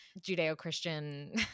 Judeo-Christian